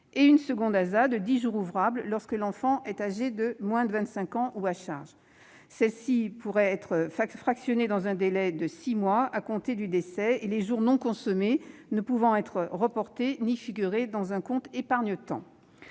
et une seconde, de dix jours ouvrables, lorsque l'enfant est âgé de moins de 25 ans ou à charge. Cette seconde ASA pouvait être fractionnée, dans un délai de six mois à compter du décès, les jours non consommés ne pouvant être reportés ni figurer dans un compte épargne-temps.